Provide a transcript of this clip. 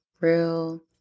Real